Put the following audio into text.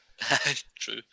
true